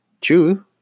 True